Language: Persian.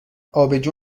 آبجو